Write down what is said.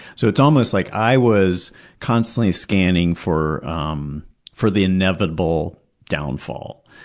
so it's almost like i was constantly scanning for um for the inevitable downfall.